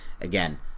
again